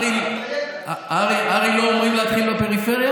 הר"י, מה שכן, הר"י לא אומרים להתחיל בפריפריה?